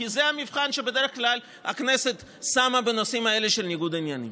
כי זה המבחן שבדרך כלל הכנסת שמה בנושאים האלה של ניגוד עניינים.